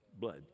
blood